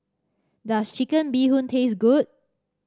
does Chicken Bee Hoon taste good